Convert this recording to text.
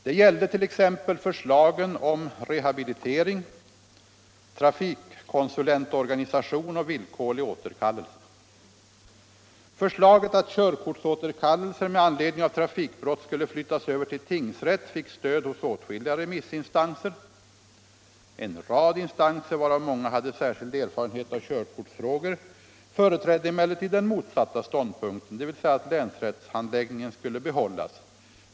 Det gällde t.ex. förslagen om rehabilitering, trafikkonsulent Förslaget att körkortsåterkallelser med anledning av trafikbrott skulle flyttas över till tingsrätt fick stöd hos åtskilliga remissinstanser. En rad instanser, varav många hade särskild erfarenhet av körkortsfrågor, företrädde «emellertid den «motsatta ståndpunkten, dvs. att länsrättshandläggningen skulle bibehållas.